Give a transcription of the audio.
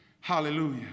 Hallelujah